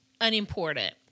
unimportant